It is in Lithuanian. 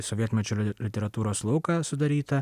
sovietmečio literatūros lauką sudaryta